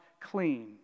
clean